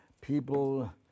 people